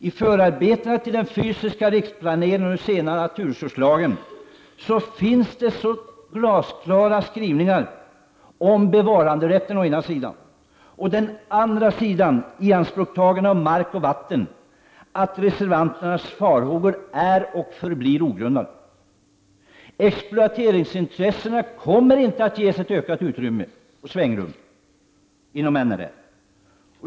I förarbetena till den fysiska riksplaneringen och nu senare naturresurslagen finns glasklara skrivningar å ena sidan om bevaranderätten och å andra sidan om ianspråktagande av mark och vatten, och därför är och förblir reservanternas farhågor ogrundade. Exploateringsintressena kommer inte att ges ökat svängrum och utrymme inom NRL.